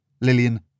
Lillian